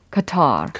Qatar